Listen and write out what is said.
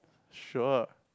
sure